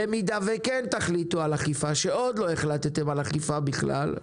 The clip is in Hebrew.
במידה וכן תחליטו על אכיפה שעוד לא החלטתם על אכיפה בכלל,